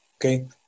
Okay